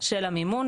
של המימון.